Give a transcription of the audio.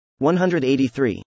183